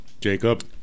Jacob